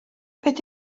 beth